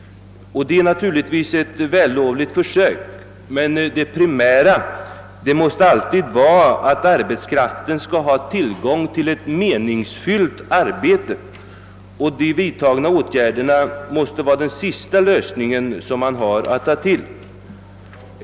Det är naturligtvis ett vällovligt försök, men det primära måste alltid vara att arbetskraften skall ha tillgång till ett meningsfyllt arbete, och de socialt vidtagna åtgärderna måste vara den sista lösningen man har att ta till.